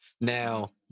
Now